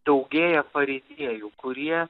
daugėja fariziejų kurie